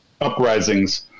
uprisings